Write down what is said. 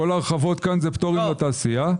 כל ההרחבות כאן זה פטורים לתעשייה.